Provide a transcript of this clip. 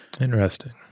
Interesting